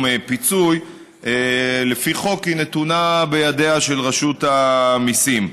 פיצוי לפי חוק נתונה בידיה של רשות המיסים.